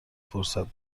فرصت